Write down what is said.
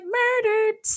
murdered